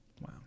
wow